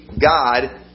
God